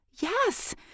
Yes